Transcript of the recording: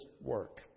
work